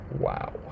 Wow